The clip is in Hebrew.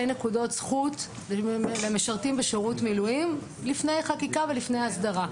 נקודות זכות למשרתים בשירות מילואים לפני חקיקה ולפני ההסדרה.